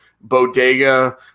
bodega